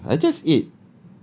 meh I just eat